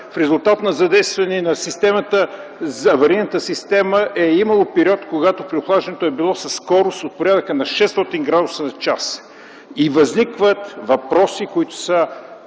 В резултат на задействане на аварийната система е имало период, когато преохлаждането е било със скорост от порядъка на 600° за час. Възникват въпроси, които са